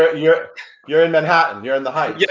ah you're you're in manhattan, you're in the heights, yeah